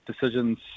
decisions